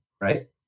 right